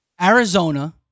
Arizona